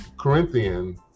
Corinthian